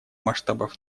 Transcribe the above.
масштабов